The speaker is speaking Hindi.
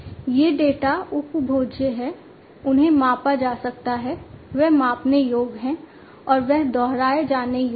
ये डेटा उपभोज्य हैं उन्हें मापा जा सकता है वे मापने योग्य हैं और वे दोहराए जाने योग्य हैं